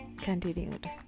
continued